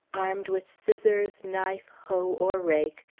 armed with scissors, knife, hoe, or rake,